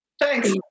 thanks